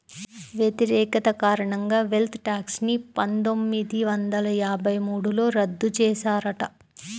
వ్యతిరేకత కారణంగా wealth tax ని పందొమ్మిది వందల యాభై మూడులో రద్దు చేశారట